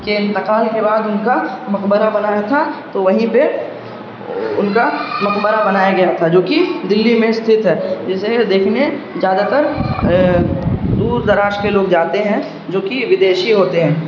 کے انتقال کے بعد ان کا مقبرہ بنایا تھا تو وہیں پہ ان کا مقبرہ بنایا گیا تھا جو کہ دلی میں استھت ہے جسے دیکھنے زیادہ تر دور دراز کے لوگ جاتے ہیں جو کہ ودیشی ہوتے ہیں